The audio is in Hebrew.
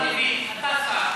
השר לוין,